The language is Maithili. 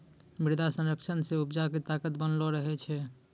मृदा संरक्षण से उपजा के ताकत बनलो रहै छै